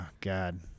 god